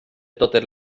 totes